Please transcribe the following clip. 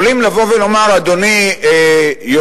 יכולים לבוא ולומר: אדוני היושב-ראש,